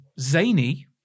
zany